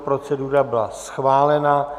Procedura byla schválena.